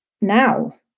now